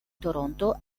toronto